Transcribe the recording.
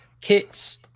kits